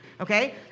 okay